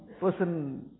person